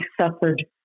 suffered